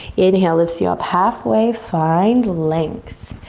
inhale lifts you up half way, find length.